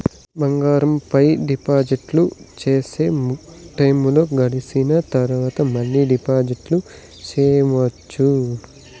బంగారం పైన డిపాజిట్లు సేస్తే, టైము గడిసిన తరవాత, మళ్ళీ డిపాజిట్లు సెయొచ్చా?